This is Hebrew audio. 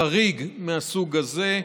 חריג מהסוג הזה,